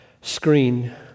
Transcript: screen